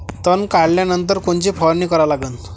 तन काढल्यानंतर कोनची फवारणी करा लागन?